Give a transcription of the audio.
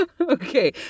Okay